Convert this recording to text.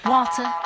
Walter